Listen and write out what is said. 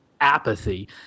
apathy